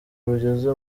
rugeze